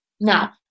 Now